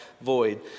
void